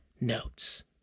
notes